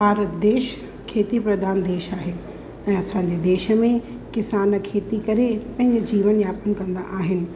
भारत देश खेती प्रदान देश आहे ऐं असांजे देश में किसान खेती करे पंहिंजो जीवन व्यापक कंदा आहिनि